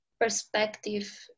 perspective